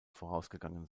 vorausgegangen